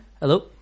Hello